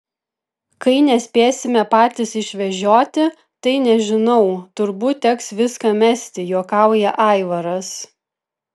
kai nespėsime patys išvežioti tai nežinau turbūt teks viską mesti juokauja aivaras